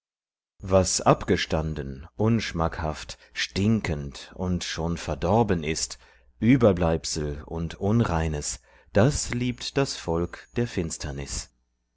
was abgestanden unschmackhaft stinkend und schon verdorben ist überbleibsel und unreines das liebt das volk der finsternis